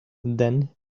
then